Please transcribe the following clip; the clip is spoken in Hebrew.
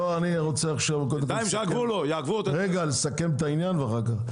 אני רוצה עכשיו לסכם את העניין, ואחר כך.